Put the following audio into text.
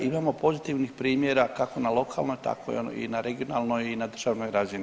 Imamo pozitivnih primjera kako na lokalnoj tako i na regionalnoj i na državnoj razini.